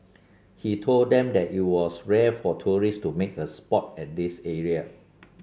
he told them that it was rare for tourists to make a sport at this area